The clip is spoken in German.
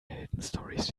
heldenstorys